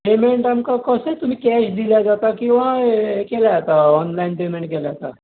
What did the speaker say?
payment आमकां कसोय तुमी कॅश दिल्यार जाता किंवा हें केल्यार जाता ऑनलायन पेमँट केल्यार जाता